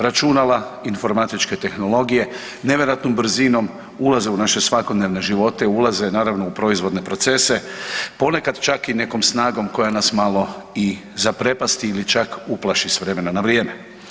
Računala, informatičke tehnologije, nevjerojatnom brzinom ulaze u naše svakodnevne živote, ulaze, naravno, u proizvodne procese, ponekad čak i nekom snagom koja nas malo i zaprepasti ili čak uplaši s vremena na vrijeme.